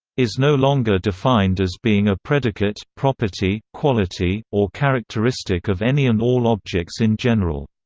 is no longer defined as being a predicate, property, quality, or characteristic of any and all objects in general.